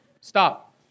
stop